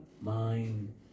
mind